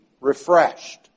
refreshed